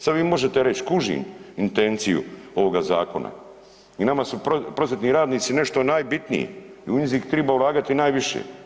Sad vi možete reći, kužim intenciju ovoga zakona i nama su prosvjetni radnici nešto najbitnije i u njih treba ulagati najviše.